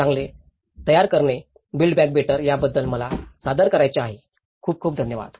मला कसे build back better करायचे या बद्दलक सादर करायचे आहे खूप खूप धन्यवाद